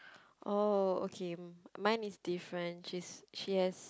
oh okay mine is different she's she has